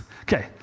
Okay